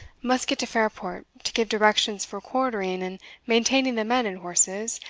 must get to fairport, to give directions for quartering and maintaining the men and horses,